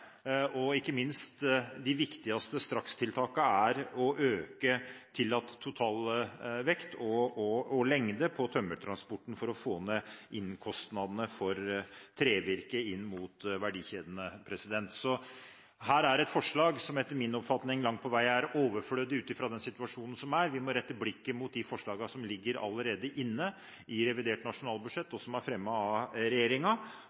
og ikke minst de viktigste strakstiltakene: å øke tillatt totalvekt og lengde på tømmertransporten for å få ned kostnadene for trevirke inn mot verdikjedene. Her er det et forslag som etter min oppfatning langt på vei er overflødig, ut fra den situasjonen som er. Vi må rette blikket mot de forslagene som allerede ligger inne i revidert nasjonalbudsjett,